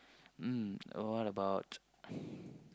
mm what about